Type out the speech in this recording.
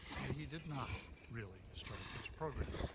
and he did not really start this program.